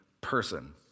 person